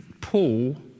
Paul